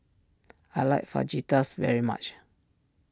I like Fajitas very much